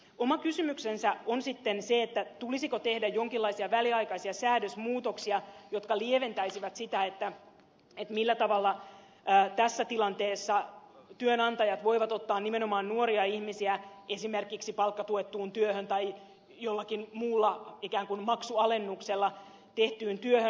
oma kysymyksensä on sitten se tulisiko tehdä jonkinlaisia väliaikaisia säädösmuutoksia jotka lieventäisivät sitä millä tavalla tässä tilanteessa työnantajat voivat ottaa nimenomaan nuoria ihmisiä esimerkiksi palkkatuettuun työhön tai jollakin muulla ikään kuin maksualennuksella tehtyyn työhön